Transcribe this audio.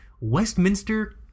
Westminster